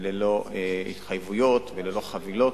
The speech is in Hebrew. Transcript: ללא התחייבויות וללא חבילות.